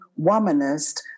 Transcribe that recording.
womanist